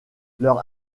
leur